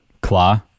claw